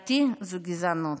לדעתי זו גזענות.